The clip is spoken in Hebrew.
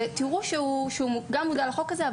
ותראו שהוא מודע לחוק הזה,